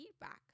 feedback